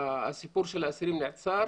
הסיפור של האסירים נעצר